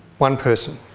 one person.